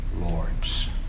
lords